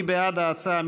מי בעד ההצעה?